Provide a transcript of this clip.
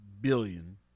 billion